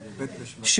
בפרט (1),